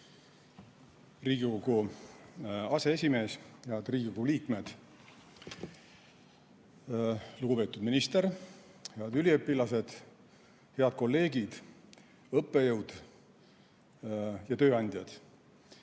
Riigikogu aseesimees! Head Riigikogu liikmed! Lugupeetud minister! Head üliõpilased! Head kolleegid, õppejõud ja tööandjad!